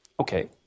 Okay